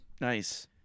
Nice